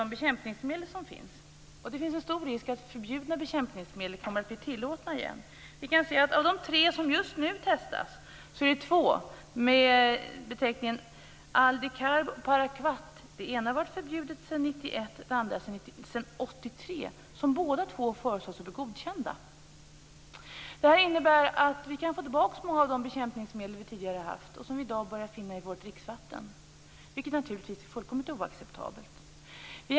Det finns en stor risk att förbjudna bekämpningsmedel kommer att bli tillåtna igen. Bland de tre som just nu testas märks särskild två, med beteckningarna aldicarb och paraquat. Det ena har varit förbjudet sedan 1991, det andra sedan 1983. Båda föreslås bli godkända. Det innebär att vi kan få tillbaka många av de bekämpningsmedel som vi tidigare har haft och som vi i dag börjar finna i vårt dricksvatten. Det är naturligtvis fullständigt oacceptabelt.